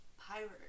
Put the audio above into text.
Pirate